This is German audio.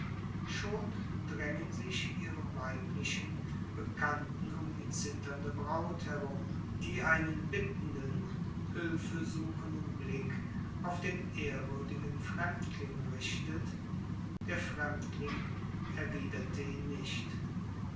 schon drängen sich ihre weiblichen bekannten um die zitternde braut herum die einen bittenden hülfe suchenden blick auf den ehrwürdigen fremdling richtet der fremdling erwiderte ihn nicht